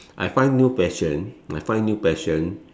I find new passion I find new passion